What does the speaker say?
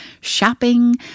shopping